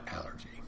allergy